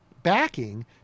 backing